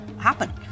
happen